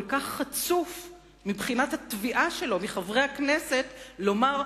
כך חצוף מבחינת התביעה שלו מחברי הכנסת לומר: